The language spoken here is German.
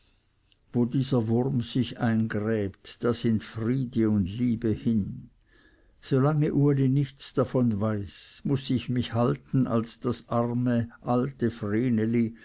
wo dieser wurm sich eingräbt da sind friede und liebe hin so lange uli nichts davon weiß muß ich mich halten als das alte